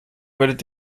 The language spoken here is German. werdet